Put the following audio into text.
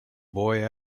boy